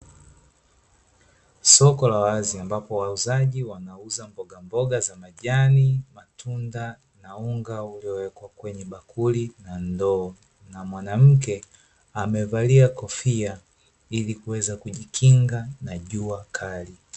Soko la wazi ambapo wauzaji wanuza mbogamboga za majani, Matunda na Unga ulio wekwa kwenye bakuli na ndoo na mwanamke amevalia kofia ili kuweza kujikinga na jua kali.